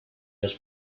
los